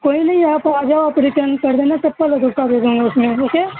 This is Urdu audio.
کوئی نہیں آپ آ جاؤ آپ ریٹرن کر دینا چپل میں دوسرا دے دوں گا اس میں ٹھیک ہے